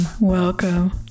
Welcome